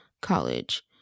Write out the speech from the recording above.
college